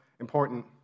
important